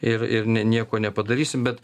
ir ir ne nieko nepadarysim bet